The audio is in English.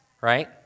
Right